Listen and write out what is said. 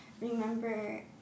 Remember